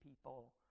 people